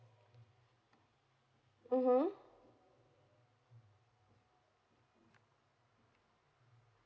mmhmm